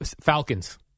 Falcons